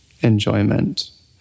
enjoyment